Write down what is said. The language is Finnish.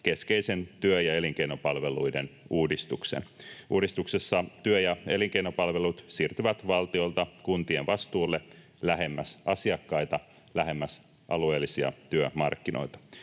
keskeisen työ- ja elinkeinopalveluiden uudistuksen. Uudistuksessa työ- ja elinkeinopalvelut siirtyvät valtiolta kuntien vastuulle lähemmäs asiakkaita, lähemmäs alueellisia työmarkkinoita.